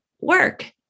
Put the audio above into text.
work